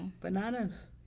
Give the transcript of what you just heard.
Bananas